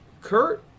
Kurt